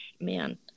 man